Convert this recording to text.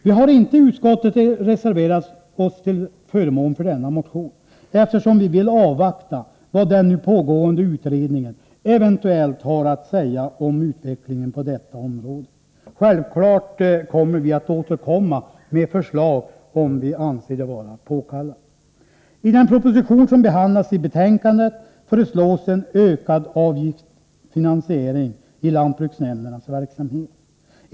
Vi har inte i utskottet reserverat oss till förmån för denna motion, eftersom vi vill avvakta vad den pågående utredningen eventuellt har att säga om utvecklingen på detta område. Självfallet kommer vi att återkomma med förslag, om vi anser det vara påkallat. I den proposition som behandlas i betänkandet föreslås-en ökad avgiftsfinansiering inom lantbruksnämndernas verksamhet.